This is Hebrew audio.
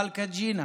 מלכה ג'ינה,